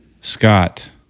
Scott